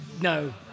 no